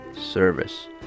Service